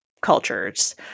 cultures